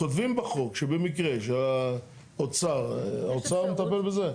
כותבים בחוק שבמקרה שהאוצר, האוצר מטפל בזה?